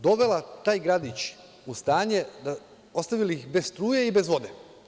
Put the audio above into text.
Dovela taj gradić u stanje, ostavili ih bez struje i bez vode.